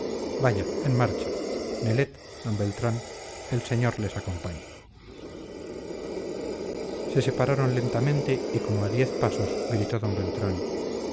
vaya en marcha nelet d beltrán el señor les acompañe se separaron lentamente y como a diez pasos gritó d beltrán